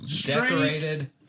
Decorated